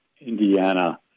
Indiana